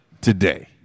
today